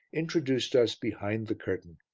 introduced us behind the curtain.